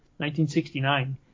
1969